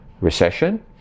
recession